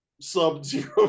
sub-zero